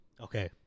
Okay